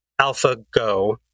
AlphaGo